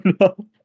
no